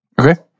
Okay